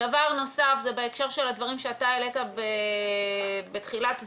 דבר נוסף זה בהקשר לדברים שאתה העלית בתחילת דבריך.